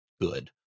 good